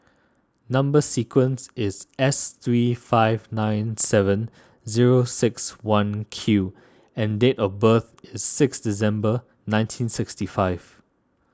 Number Sequence is S three five nine seven zero six one Q and date of birth is six December nineteen sixty five